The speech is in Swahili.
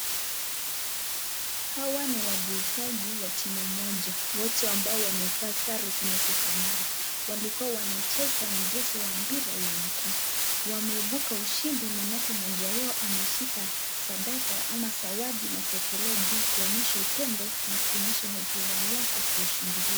Hawa ni wachezaji wa timu moja wote ambao wamevaa sare zinazofanana. walikua wanacheza mchezo wa mpira ya mguu, wameibuka ushindi manake mmoja wao ameshika sadaka ama zawadi na kuekelea juu kuonyesha upendo na kuonyesha kufurahia yao kwa ushindi huo.